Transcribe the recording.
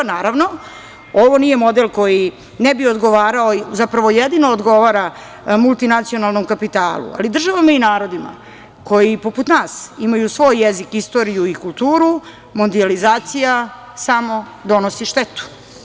Naravno, ovo nije model koji ne bi odgovarao, zapravo jedino odgovara multinacionalnoj kapitalu, ali državama i narodima koji poput nas imaju svoj jezik, istoriju i kulturu, mondijalizacija samo donosi štetu.